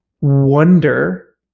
wonder